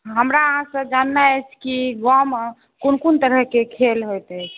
हमरा अहाँसँ जननाइ अछि कि गाँवमे कोन कोन तरहके खेल होइत अछि